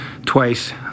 twice